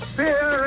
fear